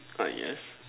uh yes